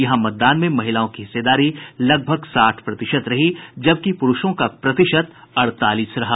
यहां मतदान में महिलाओं की हिस्सेदारी लगभग साठ प्रतिशत रही जबकि पुरूषों का प्रतिशत अड़तालीस रहा